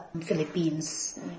Philippines